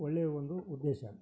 ಒಳ್ಳೆಯ ಒಂದು ಉದ್ದೇಶ